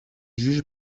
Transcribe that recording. juges